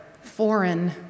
foreign